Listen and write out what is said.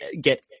get